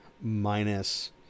minus